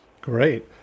Great